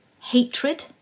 hatred